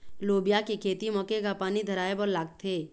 लोबिया के खेती म केघा पानी धराएबर लागथे?